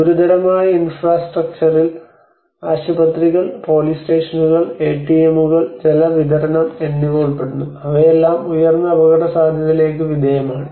ഗുരുതരമായ ഇൻഫ്രാസ്ട്രക്ചറിൽ ആശുപത്രികൾ പോലീസ് സ്റ്റേഷനുകൾ എടിഎമ്മുകൾ ജലവിതരണം എന്നിവ ഉൾപ്പെടുന്നു അവയെല്ലാം ഉയർന്ന അപകടസാധ്യതയ്ക്ക് വിധേയമാണ്